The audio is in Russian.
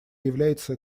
является